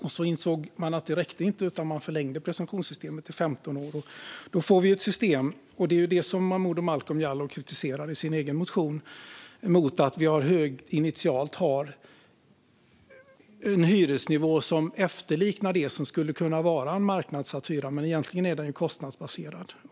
Sedan insåg man att det inte räckte utan förlängde tiden för presumtionssystemet till 15 år. Momodou Malcolm Jallow kritiserar i sin egen motion att vi initialt har en hyresnivå som efterliknar det som skulle kunna vara en marknadssatt hyra men som egentligen är kostnadsbaserad.